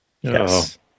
Yes